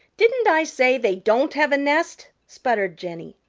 didn't i say they don't have a nest? sputtered jenny.